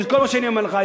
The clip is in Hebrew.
תזכור מה שאני אומר לך,